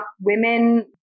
women